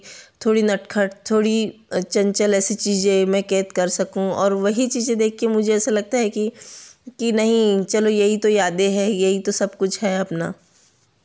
थोड़ी नटखट थोड़ी चंचल ऐसी चीज़ है मैं कैद कर सकूँ और वही चीज़ देखकर मुझे ऐसा लगता है कि नहीं चलो यही तो यादें हैं यही तो सब कुछ है अपना